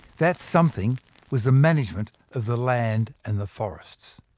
that something was the management of the land and the forests.